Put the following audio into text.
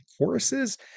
choruses